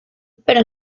pero